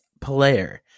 player